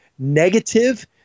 negative